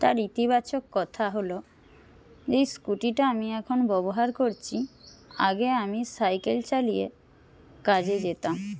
তার ইতিবাচক কথা হল এই স্কুটিটা আমি এখন ব্যবহার করছি আগে আমি সাইকেল চালিয়ে কাজে যেতাম